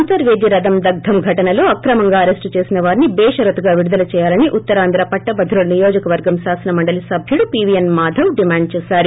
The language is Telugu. అంతర్వేది రధ దహనం ఘటనలో అక్రమంగా అరెస్టు చేసిన వారిని భేషరతుగా విడుదల్ చేయాలని ఉత్తరాంధ్ర పట్టభద్రుల నియోజకవర్గం శాసన మండలి సభ్యుడు పీవిఎస్ మాధవ్ డిమాండ్ చేశారు